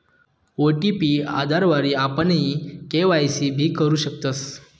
OTP आधारवरी आपण e KYC भी करु शकतस